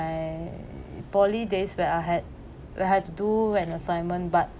poly days where I had I had to do an assignment but